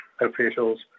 officials